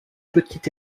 petit